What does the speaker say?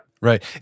Right